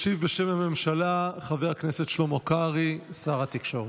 ישיב בשם הממשלה חבר הכנסת שלמה קרעי, שר התקשורת.